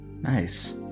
Nice